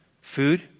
food